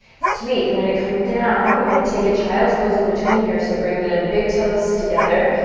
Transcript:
sweet, then we're gonna come down. you're gonna take a child's pose in-between here so bring the big toes together,